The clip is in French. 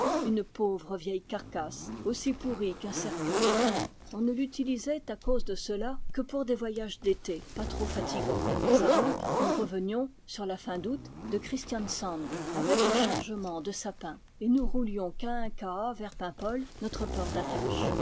une pauvre vieille carcasse aussi pourrie qu'un cercueil on ne l'utilisait à cause de cela que pour des voyages d'été pas trop fatigants ça donc nous revenions sur la fin d'août de christiansand avec un chargement de sapin et nous roulions cahin-caha vers paimpol notre port d'attache